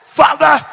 father